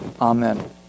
Amen